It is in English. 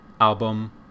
album